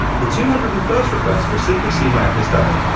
the two hundred and first request will simply see my app is down.